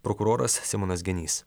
prokuroras simonas genys